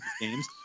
games